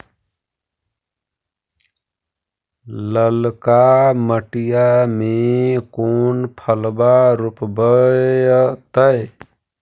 ललका मटीया मे कोन फलबा रोपयतय?